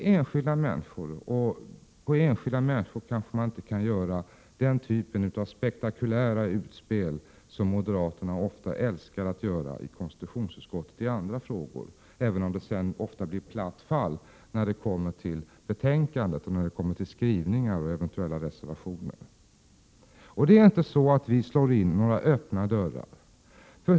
Beträffande enskilda människor kanske man inte kan göra den typ av spektakulära utspel som moderaterna ofta älskar att göra i konstitutionsutskottet i andra frågor, även om det sedan ofta blir platt fall när det kommer till skrivningar i betänkandet och eventuella reservationer. Vi slår inte in några öppna dörrar.